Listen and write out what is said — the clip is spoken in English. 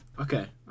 Okay